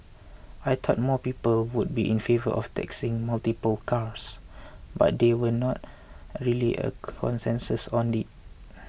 I thought more people would be in favour of taxing multiple cars but there were not really a consensus on it